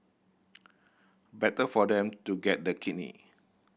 better for them to get the kidney